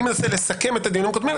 אני מנסה לסכם את הדיונים הקודמים.